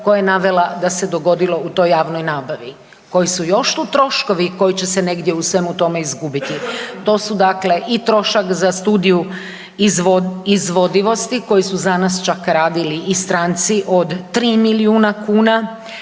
koje je navela da se dogodilo u toj javnoj nabavi. Koji su još tu troškovi koji će se negdje u svemu tome izgubiti? To su dakle i trošak za studiju izvodivosti koji su za nas čak radili i stranci od 3 milijuna kuna,